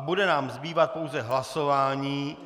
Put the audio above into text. Bude nám zbývat pouze hlasování